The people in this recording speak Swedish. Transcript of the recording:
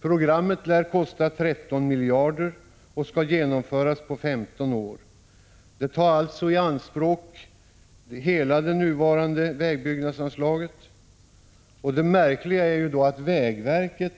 Programmet lär kosta 13 miljarder och skall genomföras på 15 år. Det tar alltså i anspråk hela det nuvarande vägbyggnadsanslaget. Det märkliga är då att vägverket